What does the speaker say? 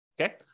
Okay